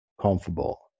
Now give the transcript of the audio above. comfortable